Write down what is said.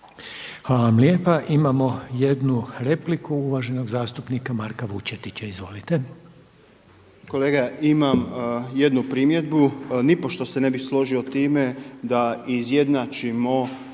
Hvala vam lijepa. Imamo jednu repliku uvaženog zastupnika Marka Vučetića. Izvolite. **Vučetić, Marko (Nezavisni)** Kolega, imam jednu primjedbu, nipošto se ne bih složio time da izjednačimo